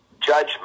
judgment